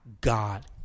God